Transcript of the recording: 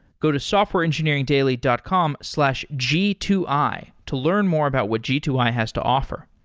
go to softwareengineeringdaily dot com slash g two i to learn more about what g two i has to offer.